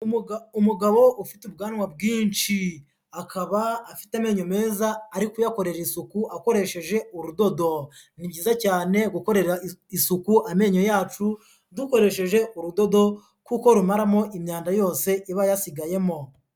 Umugabo ufite ubwanwa bwinshi, akaba afite amenyo meza ari kuyakorera isuku akoresheje urudodo. Ni byiza cyane gukorera isuku amenyo yacu dukoresheje urudodo, kuko rumaramo imyanda yose iba yasigayemo.